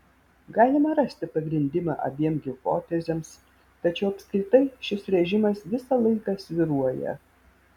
galima rasti pagrindimą abiem hipotezėms tačiau apskritai šis režimas visą laiką svyruoja